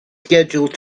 scheduled